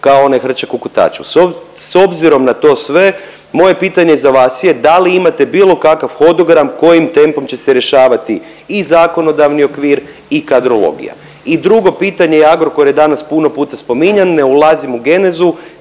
kao onaj hrčak u kotaču. S obzirom na to sve moje pitanje za vas je da li imate bilo kakav hodogram kojim tempom će se rješavati i zakonodavni okvir i kadrologija? I drugo pitanje, Agrokor je danas puno puta spominjan, ne ulazim u genezu